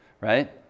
right